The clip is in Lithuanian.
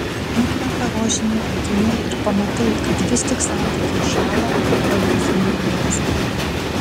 nukrenta rožiniai akiniai ir pamatai kad vis tik santykiai šąla o jausmai blėsta